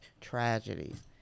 tragedies